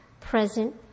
present